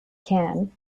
can